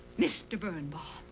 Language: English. mr. birnbaum,